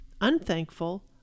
unthankful